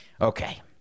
Okay